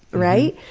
right,